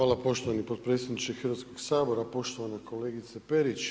Hvala poštovani potpredsjedniče Hrvatskog sabora, poštovana kolegice Perić.